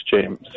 James